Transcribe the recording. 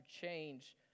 change